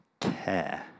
care